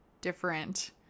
different